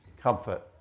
comfort